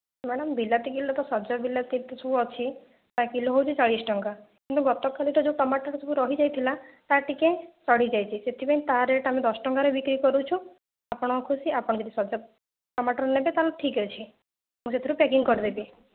madam ବିଲାତି kilo ତ ସଜ ବିଲାତି ସବୁ ଅଛି ତା କିଲୋ ହେଉଛି ଚାଳିଶ ଟଙ୍କା କିନ୍ତୁ କାଲି ତ ଯୋଉ ଟମାଟର ସବୁ ରହି ଯାଇଥିଲା ତାର ଟିକେ ସଢ଼ି ଯାଇଛି ସେଥି ପାଇଁ ତାର ରେଟ ଆମେ ଦଶ ଟଙ୍କା ରେ ବିକ୍ରି କରୁଛୁ ଆପଣଙ୍କ ଖୁସି ଆପଣ ଯଦି ସଜ ଟମାଟର ନେବେ ତାହେଲେ ଠିକ ଅଛି ମୁଁ ସେଥିରେ ପ୍ୟାକିଂ କରିଦେବି